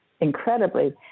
incredibly